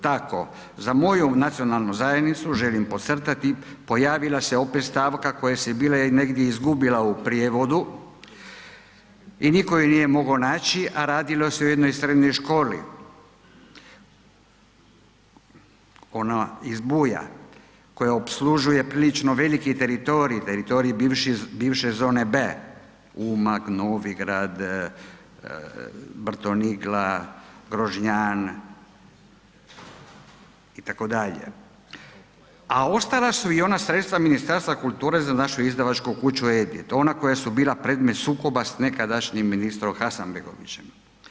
Tako za moju nacionalnu zajednicu želim podcrtati pojavila se opet stavka koja se bila negdje izgubila u prijevodu i nitko je nije mogao naći, a radilo se o jednoj srednjoj školi ona iz Buja koja opslužuje prilično veliki teritorij, teritorij bivše Zone B u Umag, Novigrad, Brtonigla, Grožnjan itd., a ostala su i ona sredstva Ministarstva kulture za našu Izdavačku kući Edit, ona koja su bila predmet sukoba s nekadašnjim ministrom Hasanbegovićem.